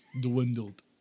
dwindled